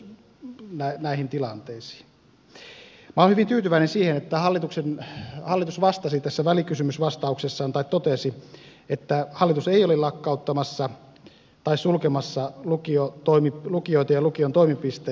minä olen hyvin tyytyväinen siihen että hallitus totesi tässä välikysymysvastauksessaan että hallitus ei ole lakkauttamassa tai sulkemassa lukioita ja lukion toimipisteitä